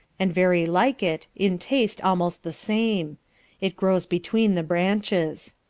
and very like it, in taste almost the same it grows between the branches.